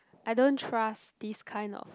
I don't trust these kind of